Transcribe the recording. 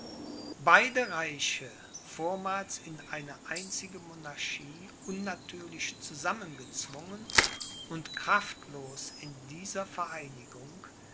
beide reiche vormals in eine einzige monarchie unnatürlich zusammengezwungen und kraftlos in dieser vereinigung